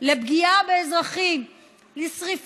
שזה